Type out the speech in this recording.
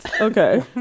Okay